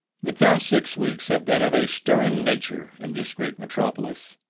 the past six weeks have been of a stirring nature in this great metropolis.